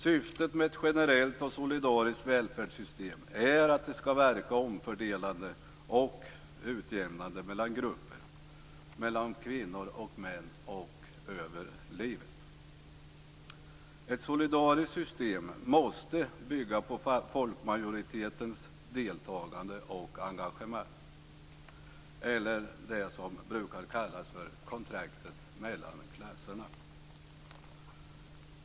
Syftet med ett generellt och solidariskt välfärdssystem är att det skall verka omfördelande och utjämnande mellan grupper, mellan kvinnor och män och över livet. Ett solidariskt system måste bygga på folkmajoritetens deltagande och engagemang eller det som brukar kallas för kontraktet mellan klasserna.